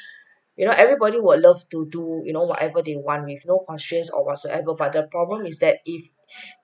you know everybody will love to do you know whatever they want with no questions or whatsoever but the problem is that if